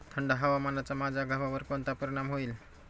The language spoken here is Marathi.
थंड हवामानाचा माझ्या गव्हावर कोणता परिणाम होईल?